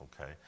okay